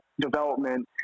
development